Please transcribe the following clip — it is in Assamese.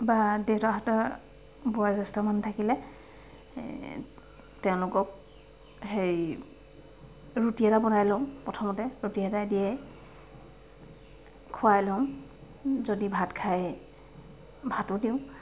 বা দেউতাহঁতৰ বয়োজ্যেষ্ঠ মানুহ থাকিলে তেওঁলোকক ৰুটি এটা বনাই লওঁ প্ৰথমতে ৰুটি এটাই দিয়ে খোৱাই লওঁ যদি ভাত খায় ভাতো দি লওঁ